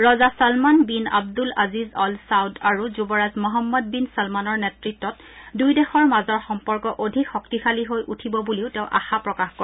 ৰজা Salman bin Abdul Aziz Al Saud আৰু যুৱৰাজ মহম্মদ বিন ছলমানৰ নেতৃত্বত দুয়ো দেশৰ মাজৰ সম্পৰ্ক অধিক শক্তিশালী হৈ উঠিব বুলিও তেওঁ আশা প্ৰকাশ কৰে